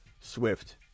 Swift